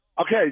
Okay